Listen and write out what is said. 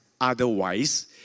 otherwise